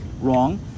wrong